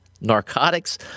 narcotics